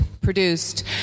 produced